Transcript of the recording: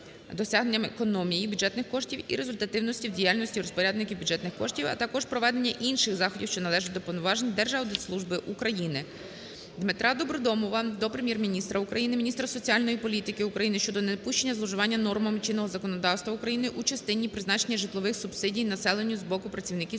досягненням економії бюджетних коштів і результативності в діяльності розпорядників бюджетних коштів, а також проведення інших заходів, що належать до повноважень Держаудитслужби України. ДмитраДобродомова до Прем'єр-міністра України, міністра соціальної політики України щодо недопущення зловживання нормами чинного законодавства України у частині призначення житлових субсидій населенню з боку працівників